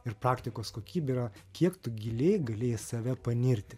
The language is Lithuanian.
ir praktikos kokybė yra kiek tu giliai gali į save panirti